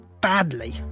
badly